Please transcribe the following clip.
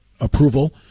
approval